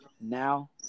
now